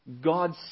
God